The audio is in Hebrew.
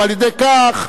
ועל-ידי כך,